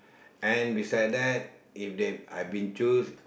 and beside that if they I've been choose